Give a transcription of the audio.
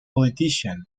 politician